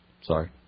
Sorry